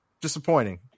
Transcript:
disappointing